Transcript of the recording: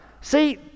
See